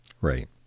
Right